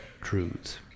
truths